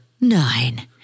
nine